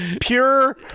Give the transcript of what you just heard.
Pure